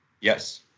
Yes